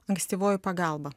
ankstyvoji pagalba